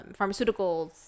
pharmaceuticals